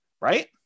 right